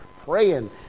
praying